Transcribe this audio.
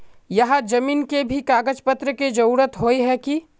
यहात जमीन के भी कागज पत्र की जरूरत होय है की?